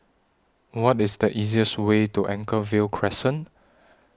What IS The easiest Way to Anchorvale Crescent